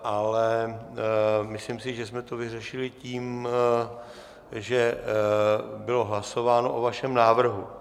Ale myslím si, že jsme to vyřešili tím, že bylo hlasováno o vašem návrhu.